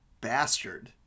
bastard